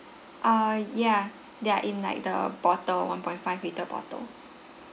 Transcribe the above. err ya they are in like the bottle one point five litre bottle